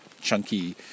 chunky